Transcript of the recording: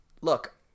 look